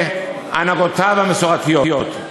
והנהגותיו המסורתיות.